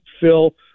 Phil